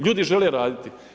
Ljudi žele raditi.